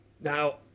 Now